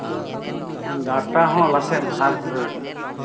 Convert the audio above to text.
data ᱦᱚᱸ laser ᱫᱷᱟᱨ ᱥᱩᱫᱷᱟᱹᱨ